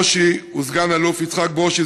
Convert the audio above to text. ברושי הוא סגן אלוף יצחק ברושי,